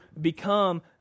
become